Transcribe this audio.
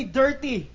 dirty